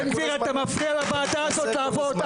בן גביר, אתה מפריע לוועדה הזאת לעבוד.